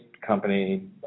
company